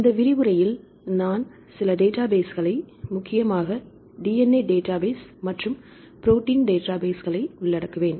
இந்த விரிவுரையில் நான் சில டேட்டாபேஸ்களை முக்கியமாக DNA டேட்டாபேஸ் மற்றும் ப்ரோடீன் டேட்டாபேஸ்களை உள்ளடக்குவேன்